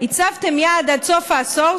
הצבתם יעד עד סוף העשור,